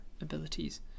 abilities